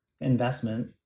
investment